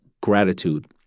gratitude